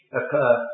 occur